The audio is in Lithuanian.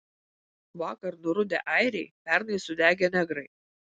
vakar nurudę airiai pernai sudegę negrai